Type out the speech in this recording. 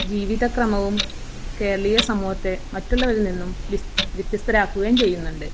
ജീവിതക്രമവും കേരളീയ സമൂഹത്തെ മറ്റുള്ളവരിൽ നിന്നും വ്യത്യസ്തരാക്കുകയും ചെയ്യുന്നുണ്ട്